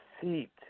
seat